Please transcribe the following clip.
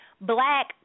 black